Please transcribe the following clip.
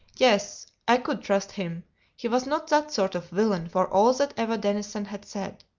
yes, i could trust him he was not that sort of villain, for all that eva denison had said.